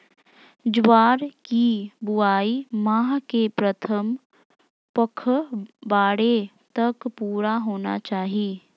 ज्वार की बुआई माह के प्रथम पखवाड़े तक पूरा होना चाही